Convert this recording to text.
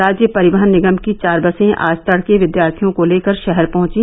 राज्य परिवहन निगम की चार बसें आज तड़के विद्यार्थियों को लेकर शहर पहंची